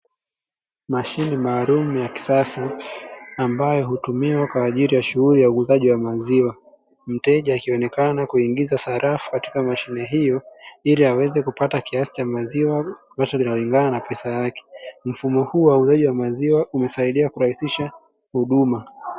Mashine maalumu ya kisasa ambayo hutumiwa kwa ajili ya uuzaji wa maziwa, mteja akionekana kuingiza sarafu katika mashine hiyo ili aweze kupata kiasi cha maziwa ambacho kinalingana na pesa yake mfumo huu wa uuzaji umesaidia kurahisisha huduma.